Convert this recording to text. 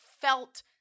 felt